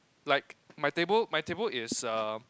like my table my table is uh